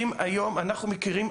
אנחנו מכירים,